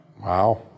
Wow